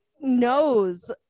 knows